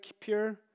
pure